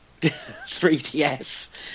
3DS